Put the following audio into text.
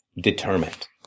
determined